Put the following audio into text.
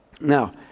Now